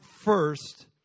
first